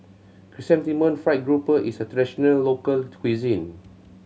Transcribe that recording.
Chrysanthemum Fried Grouper is a traditional local cuisine